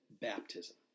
baptism